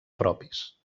propis